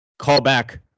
Callback